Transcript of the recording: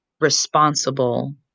responsible